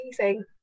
amazing